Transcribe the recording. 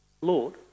Lord